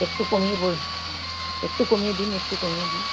একটু কমিয়ে বল হুম একটু কমিয়ে দিন একটু কমিয়ে দিন